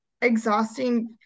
exhausting